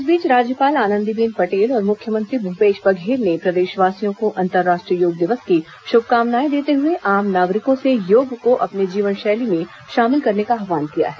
इस बीच राज्यपाल आनंदीबेन पटेल और मुख्यमंत्री भूपेश बघेल ने प्रदेशवासियों को अंतर्राष्ट्रीय योग दिवस की शुभकामनाएं देते हुए आम नागरिकों से योग को अपने जीवन शैली में शामिल करने का आव्हान किया है